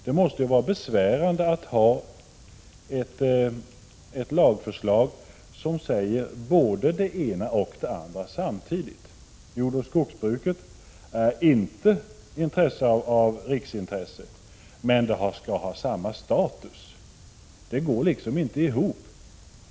Det måste vara besvärande att ha ett lagförslag som säger både det ena och det andra samtidigt. Jordoch skogsbruket är inte av riksintresse, men det skall ha samma status — det går liksom inte ihop.